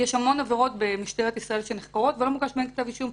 יש המון עבירות במשטרת ישראל שנחקרות ולא מוגש בהן כתב אישום.